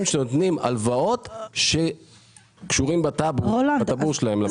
שנותנים הלוואות שקשורים בטבור שלהם.